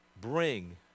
bring